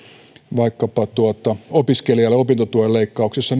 vaikkapa opiskelijalle opintotuen leikkauksissa